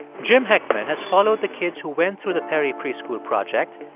jim heckman has followed the kids who went through the perry preschool project.